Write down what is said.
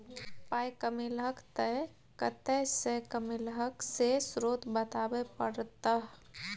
पाइ कमेलहक तए कतय सँ कमेलहक से स्रोत बताबै परतह